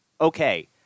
okay